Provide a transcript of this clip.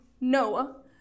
Noah